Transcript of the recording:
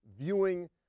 viewing